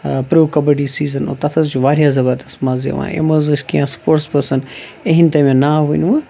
pro kabaddi season تَتھ حظ چھِ واریاہ زَبردست مَزٕ حظ یِون یِم حظ ٲسۍ کینٛہہ سپوٹٕس پٕرسن یِہِنٛدۍ تۄہہِ مےٚ ناو ؤنوٕ